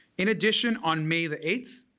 in addition on may the eighth,